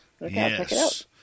Yes